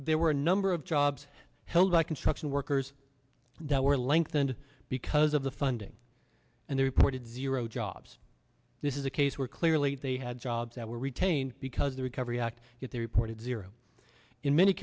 there were a number of jobs held by construction workers that were lengthened because of the funding and they reported zero jobs this is a case where clearly they had jobs that were retained because the recovery act if they reported zero in many